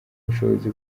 bushobozi